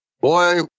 boy